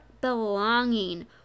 belonging